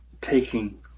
taking